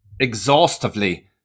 exhaustively